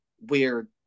weird